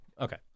Okay